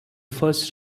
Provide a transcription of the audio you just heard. first